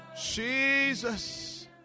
Jesus